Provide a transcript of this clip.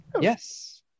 Yes